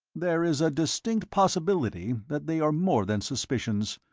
there is a distinct possibility that they are more than suspicions,